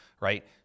right